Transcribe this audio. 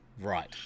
Right